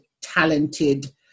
talented